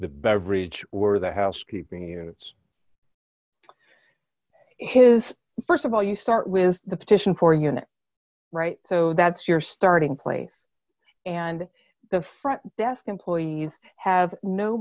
beverage were the housekeeping units his st of all you start with the petition for your right so that's your starting place and the front desk employees have no